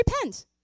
repent